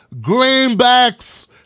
Greenbacks